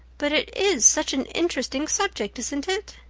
but it is such an interesting subject, isn't it?